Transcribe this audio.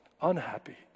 Unhappy